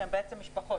שהם בעצם משפחות.